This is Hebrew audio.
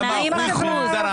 כמה ממנו מחזיק